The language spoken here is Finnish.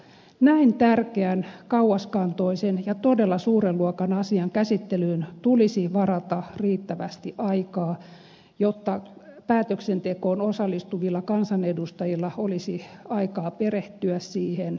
näin tärkeän kauaskantoisen ja todella suuren luokan asian käsittelyyn tulisi varata riittävästi aikaa jotta päätöksentekoon osallistuvilla kansanedustajilla olisi aikaa perehtyä siihen